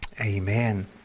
Amen